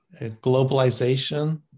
Globalization